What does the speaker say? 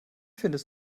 findest